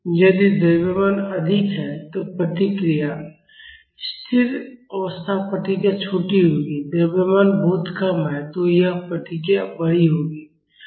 यदि द्रव्यमान अधिक है तो प्रतिक्रिया स्थिर अवस्था प्रतिक्रिया छोटी होगी द्रव्यमान बहुत कम है तो यह प्रतिक्रिया बड़ी होगी